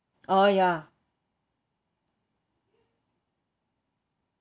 oh ya